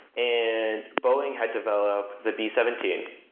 and boeing had developed the b seventeen,